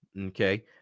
Okay